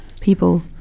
people